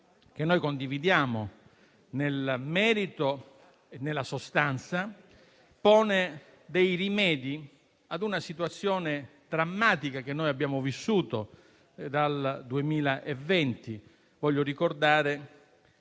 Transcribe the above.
che condividiamo nel merito e nella sostanza, pone rimedi ad una situazione drammatica che abbiamo vissuto dal 2020. Voglio ricordare